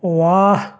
واہ